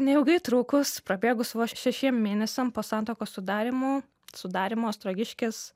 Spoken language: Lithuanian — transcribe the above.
neilgai trukus prabėgus vos šešiem mėnesiam po santuokos sudarymo sudarymo ostrogiškis